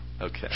Okay